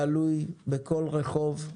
גלוי בכל רחוב.